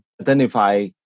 identify